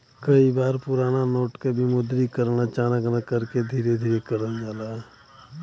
कई बार पुराना नोट क विमुद्रीकरण अचानक न करके धीरे धीरे करल जाला